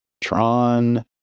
Tron